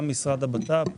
גם המשרד לביטחון הפנים.